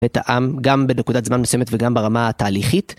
ותאם גם בנקודת זמן מסוימת וגם ברמה התהליכית.